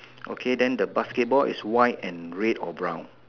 okay then the basketball is white and red or brown